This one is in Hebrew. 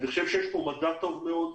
אני חושב שיש פה מדע טוב מאוד.